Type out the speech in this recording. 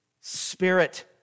spirit